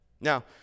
Now